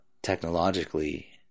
Technologically